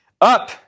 up